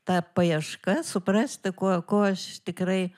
ta paieška suprasti kuo kuo aš tikrai